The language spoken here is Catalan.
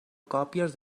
còpies